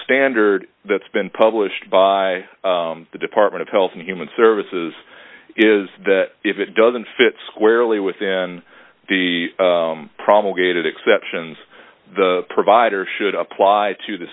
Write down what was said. standard that's been published by the department of health and human services is that if it doesn't fit squarely within the promulgated exceptions the provider should apply to the